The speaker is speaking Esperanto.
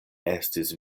estis